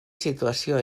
situació